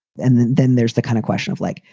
and then then there's the kind of question of, like,